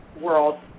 world